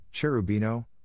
Cherubino